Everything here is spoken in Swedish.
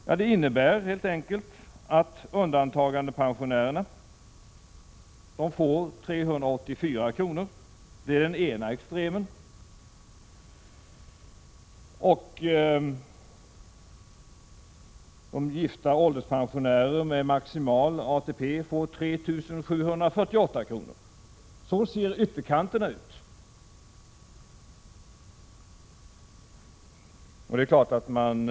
Ja, det innebär helt enkelt att undantagandepensionärerna får 384 kr. — det är det ena extremfallet. Gifta ålderspensionärer med maximal ATP får 3 748 kr. — det är det andra extremfallet. Så ser alltså så att säga ytterkanterna ut.